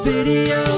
Video